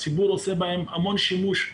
הציבור עושה בהן המון שימוש,